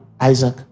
Isaac